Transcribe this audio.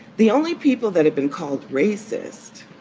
the only people that had been called racist.